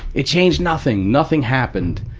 it changed nothing. nothing happened.